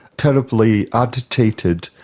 terribly agitated,